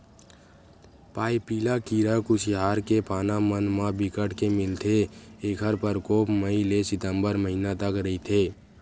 पाइपिला कीरा कुसियार के पाना मन म बिकट के मिलथे ऐखर परकोप मई ले सितंबर महिना तक रहिथे